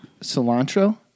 cilantro